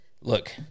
look